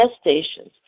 stations